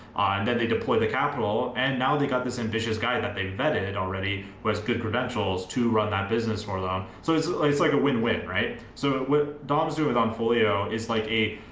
they deploy the capital. and now they got this ambitious guy that they vetted already was good credentials to run that business for them. so it's like it's like a win win, right? so what dogs do with on folio is like a,